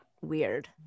weird